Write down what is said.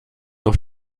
auf